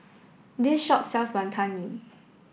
this shop sells Wonton Mee